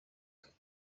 kandi